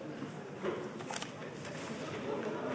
מכובדי,